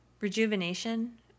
rejuvenation